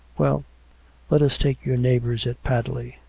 well let us take your neighbours at padley.